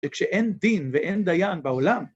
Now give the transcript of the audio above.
וכשאין דין ואין דיין בעולם